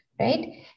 right